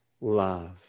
Love